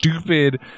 stupid